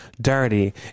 dirty